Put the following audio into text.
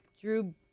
Drew